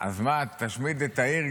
אז מה, תשמיד את העיר?